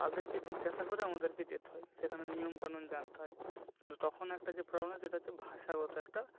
তাদেরকে জিজ্ঞাসা করে আমাদেরকে যেতে হয় সেখানে নিয়ম কানুন জানতে হয় কিন্তু তখন একটা যে প্রবলেম সেটা হচ্ছে ভাষাগত একটা